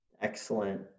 Excellent